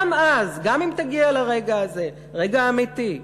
גם אז, גם אם תגיע לרגע הזה, רגע אמיתי,